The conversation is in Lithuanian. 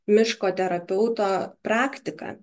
miško terapeuto praktika